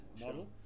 model